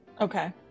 Okay